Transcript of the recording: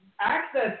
access